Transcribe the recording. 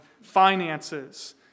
finances